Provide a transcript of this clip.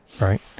right